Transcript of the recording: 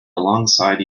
alongside